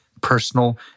personal